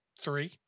three